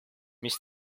mis